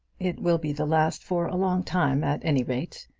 it will be the last for a long time at any rate.